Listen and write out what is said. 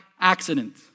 accident